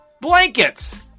blankets